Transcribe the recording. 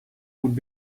would